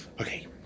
Okay